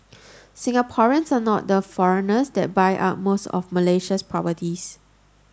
Singaporeans are not the foreigners that buy up most of Malaysia's properties